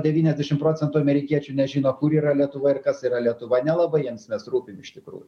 devyniasdešim procentų amerikiečių nežino kur yra lietuva ir kas yra lietuva nelabai jiems mes rūpim iš tikrųjų